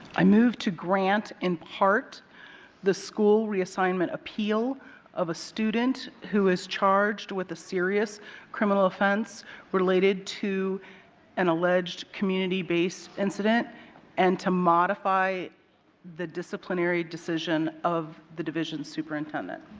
i move to grant in part the school reassignment appeal of a student who is charged with a serious criminal offense related to an alleged community-based incident and to modify the disciplinary decision of the division superintendent.